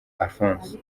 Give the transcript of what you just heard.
alphonse